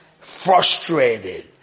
frustrated